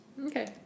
Okay